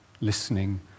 listening